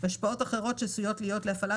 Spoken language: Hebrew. בנוסף להשפעה על התנועה